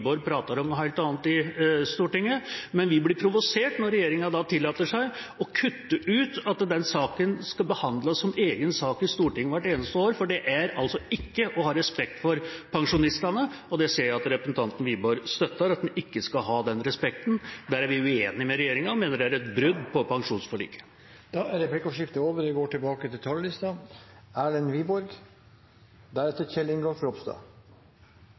provosert når regjeringa tillater seg å kutte ut at saken skal behandles som egen sak i Stortinget hvert eneste år. For det er altså ikke å ha respekt for pensjonistene. Jeg ser at representanten Wiborg støtter at vi ikke skal ha den respekten. Der er vi uenige med regjeringa. Vi mener det er et brudd på pensjonsforliket. Replikkordskiftet er omme. Jeg